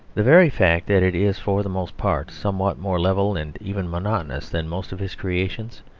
the very fact that it is for the most part somewhat more level and even monotonous than most of his creations,